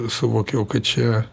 suvokiau kad čia